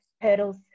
hurdles